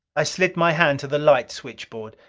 i slid my hand to the light switchboard.